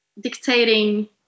dictating